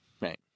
Right